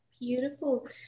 Beautiful